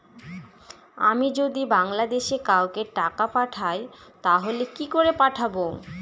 আমি যদি বাংলাদেশে কাউকে টাকা পাঠাই তাহলে কি করে পাঠাবো?